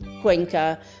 cuenca